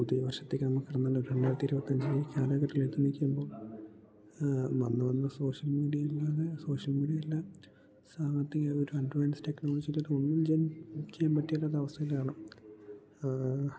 പുതിയ വർഷത്തേക്ക് നമുക്ക്റന്നല്ലോ രണ്ടായിരത്തി ഇരുപത്തി അഞ്ച് കാലഘട്ടത്തിലെത്തി നിൽക്കുമ്പോൾ വന്ന് വന്ന് സോഷ്യൽ മീഡിയില്ലാതെ സോഷ്യൽ മീഡിയില്ല സാമ്പത്തിക ഒരഡ്വാൻസ് ടെക്നോളജികളൊന്നും ചെയ്യാൻ ചെയ്യാൻ പറ്റേലാത്ത അവസ്ഥയിലാണ്